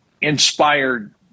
inspired